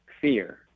fear